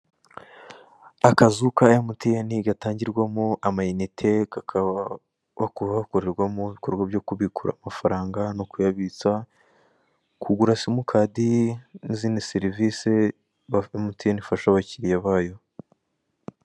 Akazu ka MTN, gatangirwamo amayinite ka kaba gakorerwamo ibikorwa, byo kubikura amafaranga no kuyabitsa, kugura simukadi n'izindi serivisi MTN ifasha abakiriya bayo.